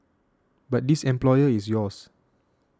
but this employer is yours